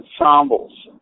ensembles